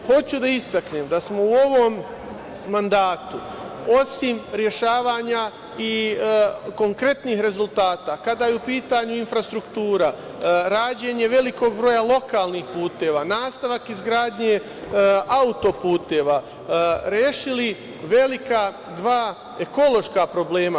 Hoću da istaknem da smo u ovom mandatu osim rešavanja i konkretnih rezultata kada je u pitanju infrastruktura, rađenje velikog broja lokalnih puteva, nastavak izgradnje autoputeva, rešili velika dva ekološka problema.